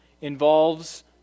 involves